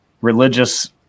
religious